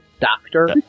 Doctor